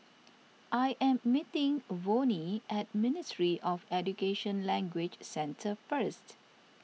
I am meeting Vonnie at Ministry of Education Language Centre first